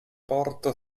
porto